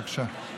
בבקשה.